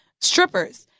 strippers